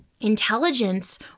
intelligence